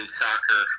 soccer